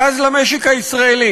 גז למשק הישראלי,